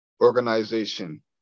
organization